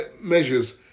measures